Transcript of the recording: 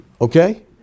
Okay